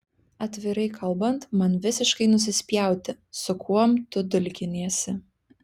atvirai kalbant man visiškai nusispjauti su kuom tu dulkiniesi